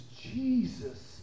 Jesus